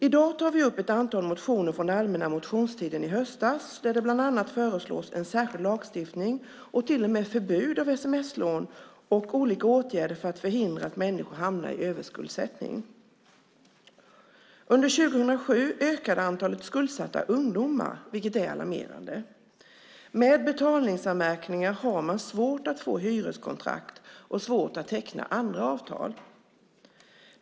I dag tar vi upp ett antal motioner från allmänna motionstiden i höstas där det bland annat föreslås en särskild lagstiftning och till och med förbud mot sms-lån och olika åtgärder för att förhindra att människor hamnar i överskuldsättning. Under 2007 ökade antalet skuldsatta ungdomar, vilket är alarmerande. Med betalningsanmärkningar har man svårt att få hyreskontrakt och svårt att teckna andra avtal.